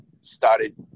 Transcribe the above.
started